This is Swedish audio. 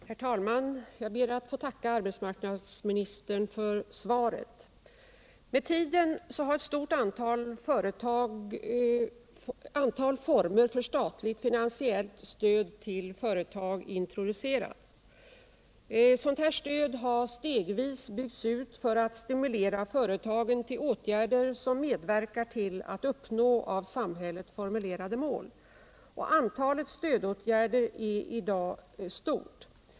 Herr talman! Jag ber att få tacka arbetsmarknadsministern för svaret. Med tiden har ett stort antal former för statligt finansiellt stöd till företag introducerats. Sådant stöd har stegvis byggts ut för att stimulera företagen till åtgärder som medverkar till att uppnå av samhället formulerade mål. Antalet stödåtgärder är i dag stort.